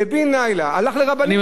ובן לילה הלך לרבנים קודם,